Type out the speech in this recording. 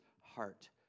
heart